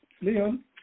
Leon